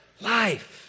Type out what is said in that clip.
life